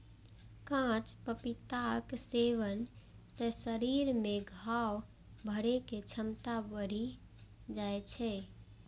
कांच पपीताक सेवन सं शरीर मे घाव भरै के क्षमता बढ़ि जाइ छै